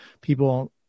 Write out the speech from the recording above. people